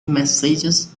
messages